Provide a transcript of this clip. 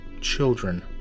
children